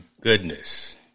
goodness